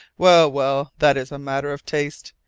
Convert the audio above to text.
well, well, that is a matter of taste.